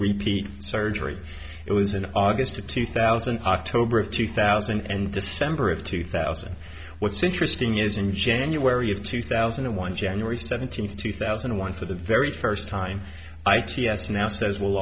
repeat surgery it was in august of two thousand october of two thousand and december of two thousand what's interesting is in january of two thousand and one january seventeenth two thousand and one for the very first time i